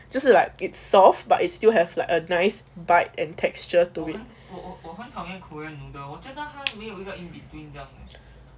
就是 like it's soft but it's still have a nice bite and texture to it